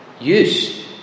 use